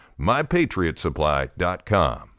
MyPatriotsupply.com